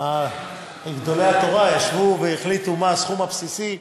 אם גדולי התורה ישבו והחליטו מה הסכום הבסיסי,